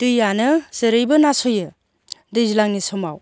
दैयानो जेरैबो नासयो दैज्लांनि समाव